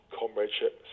comradeship